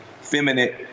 feminine